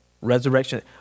Resurrection